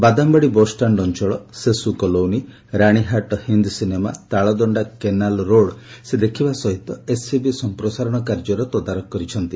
Badambadi bus stand ଅଞ୍ଚଳ ସେସ୍ colony Ranihat Hind cinema Taladanda canal road ଦେଖିବା ସହିତ ଏସ୍ସିବି ସଂପ୍ରସାରଣ କାର୍ଯ୍ୟର ତଦାରଖ କରିଛନ୍ତି